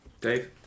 Dave